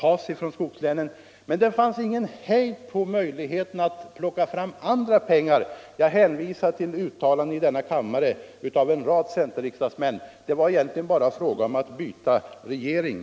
Andra penpgar skulle lätt kunna skaffas fram till skogslänen — jag hänvisar till uttalanden i denna kammare av en rad centerriksdagsmän. Det var egentligen bara en fråga om att byta regering.